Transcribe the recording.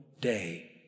day